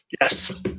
yes